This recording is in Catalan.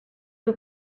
que